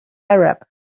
arab